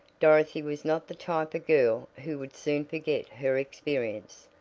dorothy was not the type of girl who would soon forget her experience.